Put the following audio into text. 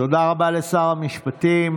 תודה רבה לשר המשפטים.